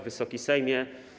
Wysoki Sejmie!